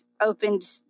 opened